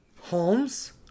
Holmes